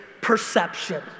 perception